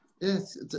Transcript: yes